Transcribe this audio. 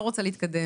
אני לא רוצה להתקדם,